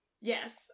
Yes